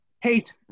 hate